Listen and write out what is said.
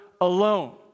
alone